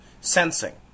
sensing